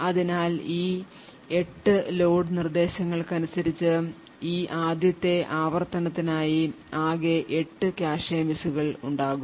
അതിനാൽ ഈ 8 ലോഡ് നിർദ്ദേശങ്ങൾക്ക് അനുസരിച്ച് ഈ ആദ്യത്തെ ആവർത്തനത്തിനായി ആകെ 8 കാഷെ മിസ്സുകൾ ഉണ്ടാകും